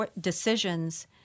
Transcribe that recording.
decisions